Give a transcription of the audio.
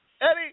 Eddie